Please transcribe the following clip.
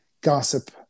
gossip